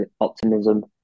optimism